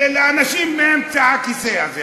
לאנשים מאמצע הכיסא הזה.